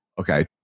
Okay